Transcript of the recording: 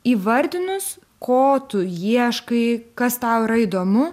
įvardinus ko tu ieškai kas tau yra įdomu